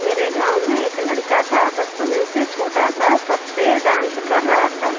मेरे गाँव में एक लड़का था बचपन से छोटा सा तब से डांस कर रहा था